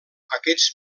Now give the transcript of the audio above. aquests